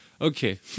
Okay